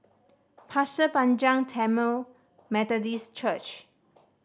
Pasir Panjang Tamil Methodist Church